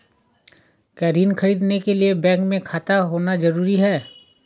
क्या ऋण ख़रीदने के लिए बैंक में खाता होना जरूरी है?